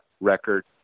record